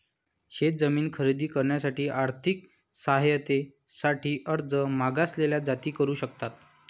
शेत जमीन खरेदी करण्यासाठी आर्थिक सहाय्यते साठी अर्ज मागासलेल्या जाती करू शकतात